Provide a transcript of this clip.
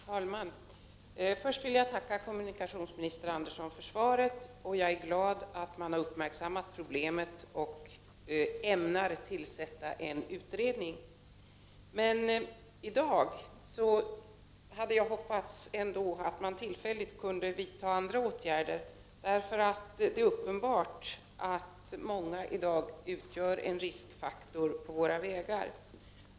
Herr talman! Först vill jag tacka kommunikationsminister Andersson för svaret. Jag är glad över att regeringen har uppmärksammat problemet och ämnar tillsätta en utredning. Men jag hade hoppats att andra åtgärder tillfälligt skulle kunna vidtas. Det är nämligen uppenbart att många trafikanter i dag utgör en riskfaktor på våra vägar.